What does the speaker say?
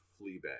Fleabag